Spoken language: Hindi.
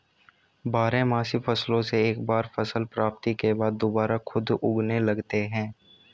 बारहमासी फसलों से एक बार फसल प्राप्ति के बाद दुबारा खुद उगने लगते हैं